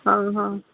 ಹಾಂ ಹಾಂ